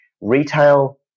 Retail